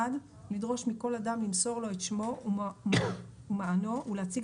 לדרוש מכל אדם למסור לו את שמו ומענו ולהציג